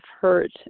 hurt